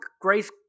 grace